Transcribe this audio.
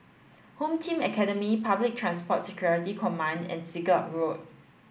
Home Team Academy Public Transport Security Command and Siglap Road